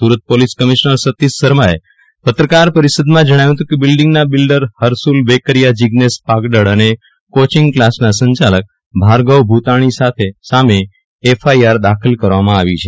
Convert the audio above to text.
Surat police commissioner Satish શર્માએ પત્રકાર પરિષદમાં જણાવ્યું હતું કે બિલ્ડિંગના બિલ્ડર હરસુલ વેકરીયા જીગ્નેશ પાગડળ અને કોચિંગ ક્લાસના સંચાલક ભાર્ગવ ભુતાણી સામે એફઆઈઆર દાખલ કરવામાં આવી છે